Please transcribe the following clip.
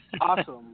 Awesome